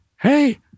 Hey